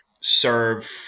serve